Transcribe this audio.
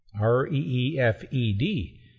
R-E-E-F-E-D